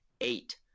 eight